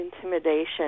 intimidation